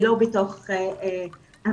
הם לא בתוך המיפוי?